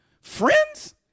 Friends